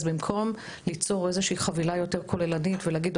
אז במקום ליצור איזושהי חבילה יותר כוללנית ולהגיד,